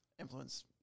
influence